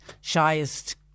shyest